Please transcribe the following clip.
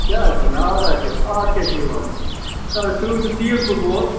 کیٛاہ حظ چھِ وَنان اَز حظ چھِ اَز کیٛاہ چھِ یِوان نہَ حظ تُہۍ وُچھِو تیٖل کوٚت ووت